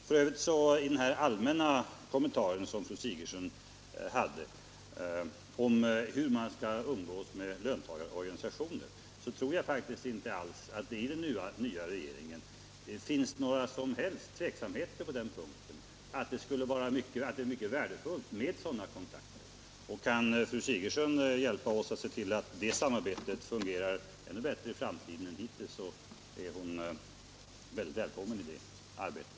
När det gäller fru Sigurdsens allmänna kommentar i övrigt om hur man skall umgås med löntagarorganisationer tror jag inte att det i den nya regeringen finns någon som helst tveksamhet på den punkten. Det är mycket värdefullt med sådana kontakter, och kan fru Sigurdsen hjälpa oss att se till att det samarbetet fungerar ännu bättre i framtiden än hittills är hon mycket välkommen i det arbetet.